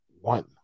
one